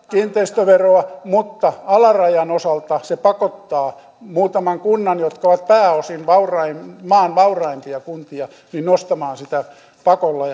kiinteistöveroa mutta alarajan osalta se pakottaa muutaman kunnan jotka ovat pääosin maan vauraimpia kuntia nostamaan sitä pakolla